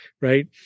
Right